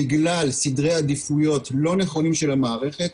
בגלל סדרי עדיפויות לא נכונים של המערכת,